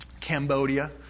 Cambodia